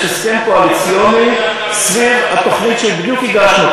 יש הסכם קואליציוני סביב התוכנית שבדיוק הגשנו.